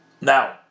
Now